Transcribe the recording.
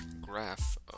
graph